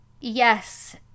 yes